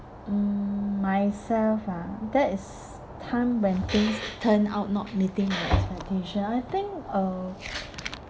mm myself ah that is time when things turn out not meeting my expectation I think uh